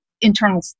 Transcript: internal